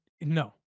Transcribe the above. no